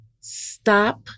Stop